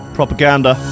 propaganda